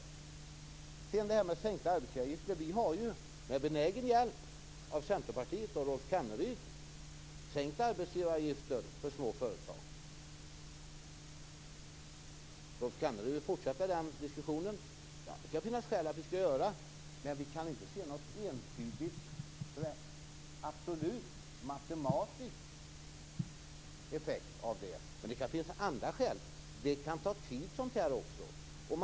Sedan till det här med sänkta arbetsgivaravgifter. Vi har ju med benägen hjälp av Centerpartiet och Rolf Kenneryd sänkt arbetsgivaravgiften för små företag. Rolf Kenneryd vill fortsätta den diskussionen. Det kan finnas skäl att göra det. Men vi kan inte se någon entydig, absolut, matematisk effekt av det här. Det kan ju finnas andra skäl. Sådant här kan också ta tid.